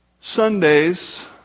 Sundays